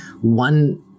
One